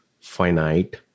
finite